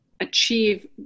achieve